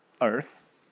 earth